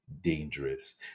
dangerous